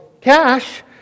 cash